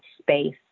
space